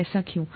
ऐसा क्यों है